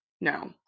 no